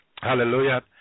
Hallelujah